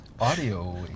Audio